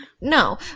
no